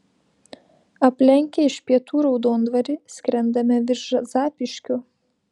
aplenkę iš pietų raudondvarį skrendame virš zapyškio